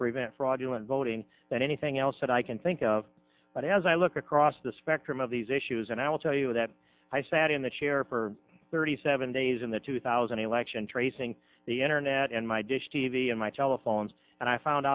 prevent fraudulent voting than anything else that i can think of but as i look across the spectrum of these issues and i will tell you that i sat in the chair for thirty seven days in the two thousand election tracing the internet and my dish t v and my telephones and i found